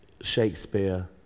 Shakespeare